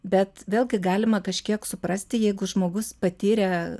bet vėlgi galima kažkiek suprasti jeigu žmogus patyrė